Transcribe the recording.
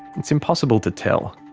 it's impossible to tell.